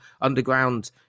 underground